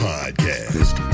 Podcast